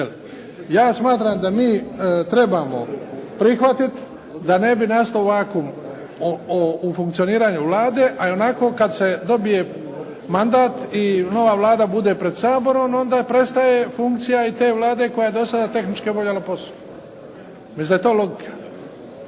Ja smatram da mi trebamo prihvatiti da ne bi nastao vakum u funkcioniranju Vlade a ionako kad se dobije mandat i nova Vlada bude pred Saborom onda prestaje funkcija i te Vlade koja je do sada tehnički obavljala posao. Mislim da je to logika.